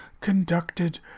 conducted